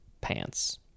Pants